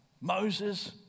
Moses